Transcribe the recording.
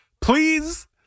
Please